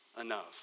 enough